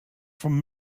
from